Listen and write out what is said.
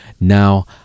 Now